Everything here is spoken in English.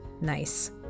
Nice